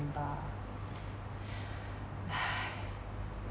吧